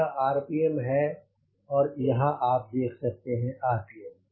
यह आरपीएम है आप यहाँ देख सकते हैं आरपीएम